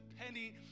penny